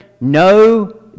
No